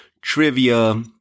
trivia